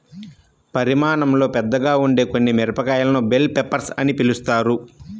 పరిమాణంలో పెద్దగా ఉండే కొన్ని మిరపకాయలను బెల్ పెప్పర్స్ అని పిలుస్తారు